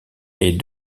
est